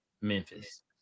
Memphis